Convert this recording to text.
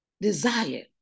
desire